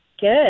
Good